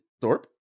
Thorpe